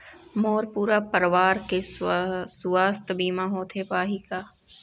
मोर पूरा परवार के सुवास्थ बीमा होथे पाही का?